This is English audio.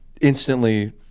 instantly